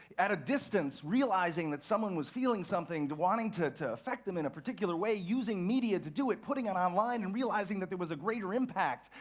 at a distance, realizing that someone was feeling something, wanting to to affect them in a particular way, using media to do it, putting it online and realizing that there was a greater impact.